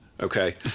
okay